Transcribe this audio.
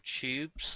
tubes